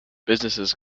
businesses